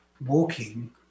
walking